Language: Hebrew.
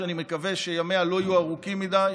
שאני מקווה שימיה לא יהיו ארוכים מדי,